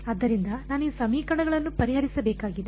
ಆದ್ದರಿಂದ ನಾನು ಈ ಸಮೀಕರಣಗಳನ್ನು ಪರಿಹರಿಸಬೇಕಾಗಿದೆ